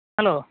hello